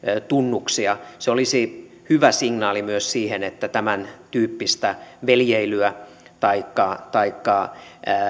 tunnusten jakaminen se olisi hyvä signaali myös siitä että tämäntyyppistä veljeilyä taikka taikka